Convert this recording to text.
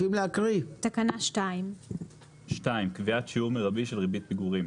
תקנה 2. קביעת שיעור מרבי של ריבית פיגורים